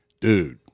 dude